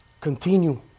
Continue